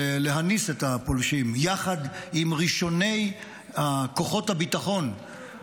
להניס את הפולשים יחד עם ראשוני כוחות הביטחון,